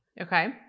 Okay